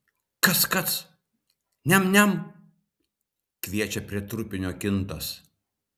kac kac niam niam kviečia prie trupinio kintas